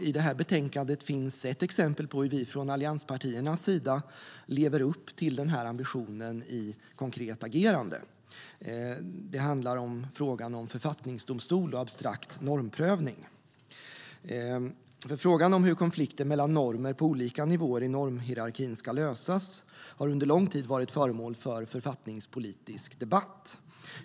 I det här betänkandet finns ett exempel på hur vi från allianspartiernas sida lever upp till ambitionen i konkret agerande. Det handlar om frågan om författningsdomstol och abstrakt normprövning.Frågan om hur konflikter mellan normer på olika nivåer i normhierarkin ska lösas har under lång tid varit föremål för författningspolitisk debatt.